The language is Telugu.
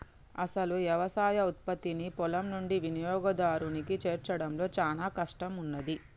అసలు యవసాయ ఉత్పత్తిని పొలం నుండి వినియోగదారునికి చేర్చడంలో చానా కష్టం ఉన్నాది